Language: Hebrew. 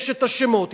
יש השמות,